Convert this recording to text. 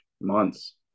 months